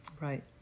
right